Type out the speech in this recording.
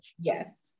yes